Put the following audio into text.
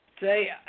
Say